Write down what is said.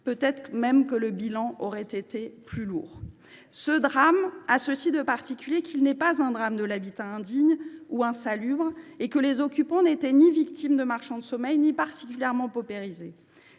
peut être que le bilan aurait même été plus lourd. La particularité de ce drame est qu’il n’est pas un drame de l’habitat indigne ou insalubre et que les occupants n’étaient ni victimes de marchands de sommeil ni particulièrement paupérisés.